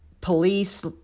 police